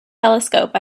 telescope